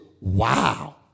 wow